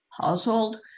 household